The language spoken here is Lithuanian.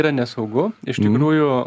yra nesaugu iš tikrųjų